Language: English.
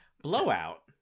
blowout